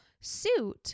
suit